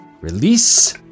Release